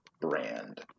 brand